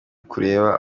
kureba